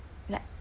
like